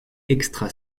extra